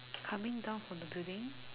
coming down from the building